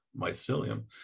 mycelium